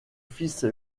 fils